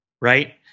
right